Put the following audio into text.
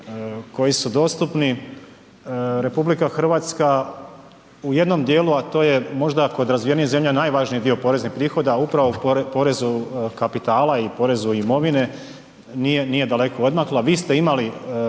koji su dostupni, RH u jednom dijelu, a to je možda kod razvijenijih zemlja najvažniji dio poreznih prihoda upravo u porezu kapitala i porezu imovine, nije, nije daleko odmakla, vi ste imali,